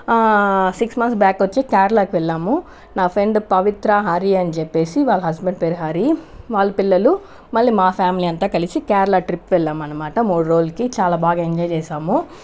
six months back వచ్చి కేరళకి వెళ్ళాము నా ఫ్రెండ్ పవిత్ర హరి అని చెప్పేసి వాళ్ళ హస్బెండ్ పేరు హరి వాళ్ళ పిల్లలు మళ్ళి మా ఫ్యామిలీ అంతా కలిసి కేరళ ట్రిప్ వెళ్ళాం అనమాట మూడు రోజులకి చాలా బాగా ఎంజాయ్ చేసాము